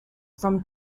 from